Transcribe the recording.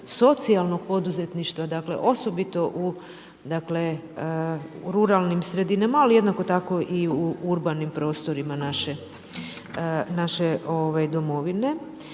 socijalnog poduzetništva, dakle, osobito u ruralnim sredinama, ali jednako tako i u urbanim prostorima naše domovine.